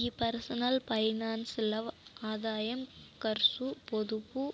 ఈ personal finance ల్ల ఆదాయం కర్సు, పొదుపు,